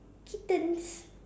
kittens